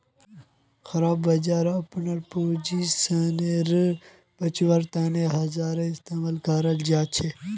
खराब बजारत अपनार पोजीशन बचव्वार तने हेजेर इस्तमाल कराल जाछेक